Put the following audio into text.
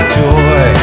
joy